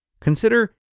consider